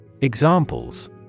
Examples